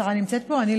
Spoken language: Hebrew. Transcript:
נמצאת פה, יש